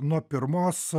nuo pirmos